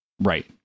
Right